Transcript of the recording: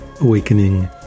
awakening